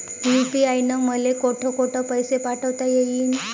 UPI न मले कोठ कोठ पैसे पाठवता येईन?